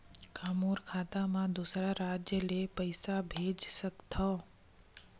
का मोर खाता म दूसरा राज्य ले पईसा भेज सकथव?